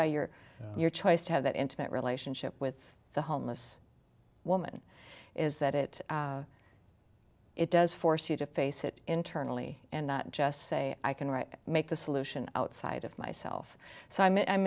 by your your choice to have that intimate relationship with the homeless woman is that it it does force you to face it internally and not just say i can write make the solution outside of myself so i mean i'm